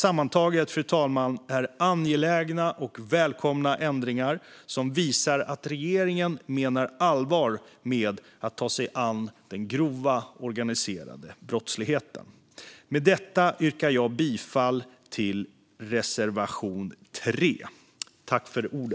Sammantaget är detta angelägna och välkomna ändringar som visar att regeringen menar allvar med att ta sig an den grova organiserade brottsligheten. Jag yrkar bifall till reservation 3.